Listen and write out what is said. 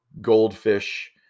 goldfish